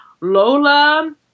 Lola